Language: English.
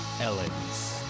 Ellens